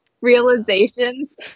realizations